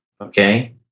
okay